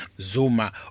Zuma